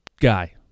guy